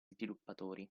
sviluppatori